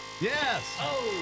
Yes